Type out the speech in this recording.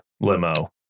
limo